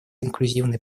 инклюзивный